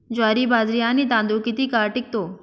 ज्वारी, बाजरी आणि तांदूळ किती काळ टिकतो?